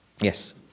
Yes